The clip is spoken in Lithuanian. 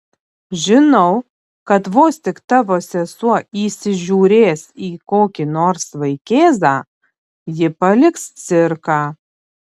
žinau kad vos tik tavo sesuo įsižiūrės į kokį nors vaikėzą ji paliks cirką